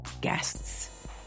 guests